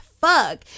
fuck